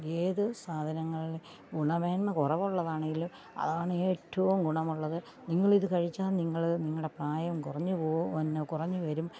ഏത് സാധനങ്ങള് ഗുണമേന്മ കുറവുള്ളതാണേലും അതാണ് ഏറ്റോം ഗുണമുള്ളത് നിങ്ങളിത് കഴിച്ചാല് നിങ്ങൾ നിങ്ങളുടെ പ്രായം കുറഞ്ഞ് പോകും കുറഞ്ഞുവരും